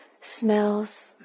smells